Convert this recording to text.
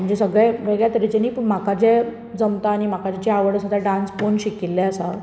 म्हणजे सगळें वेगळ्या तरेचे न्ही पूण म्हाका जे जमता आनी म्हाका जे आवड आसा जे डान्स पळोवन शिकिल्ले आसा